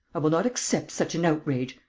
i will not accept such an outrage.